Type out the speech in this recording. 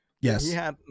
Yes